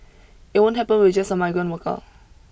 it won't happen with just a migrant worker